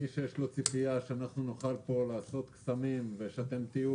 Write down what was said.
מי שיש לו ציפייה שאנחנו נוכל פה לעשות קסמים ושאתם תהיו,